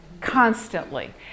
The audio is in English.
constantly